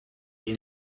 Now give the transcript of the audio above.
than